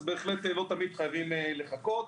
אז בהחלט לא תמיד חייבים לחכות.